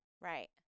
Right